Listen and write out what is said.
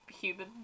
human